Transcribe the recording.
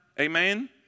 Amen